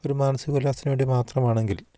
ഒരു മാനസിക ഉല്ലാസത്തിനു വേണ്ടി മാത്രമാണെങ്കിൽ